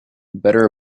better